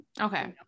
okay